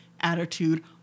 attitude